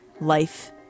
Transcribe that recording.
Life